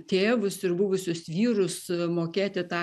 tėvus ir buvusius vyrus mokėti tą